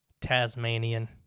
tasmanian